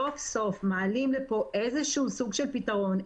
סוף-סוף מעלים לפה איזשהו סוג של פתרון,